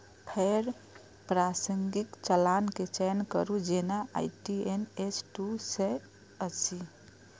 फेर प्रासंगिक चालान के चयन करू, जेना आई.टी.एन.एस दू सय अस्सी